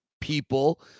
people